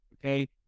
okay